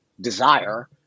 desire